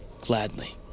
Gladly